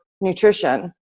nutrition